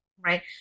right